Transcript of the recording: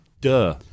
Duh